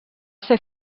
ser